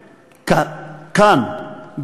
כאן,